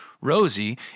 Rosie